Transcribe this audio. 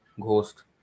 ghost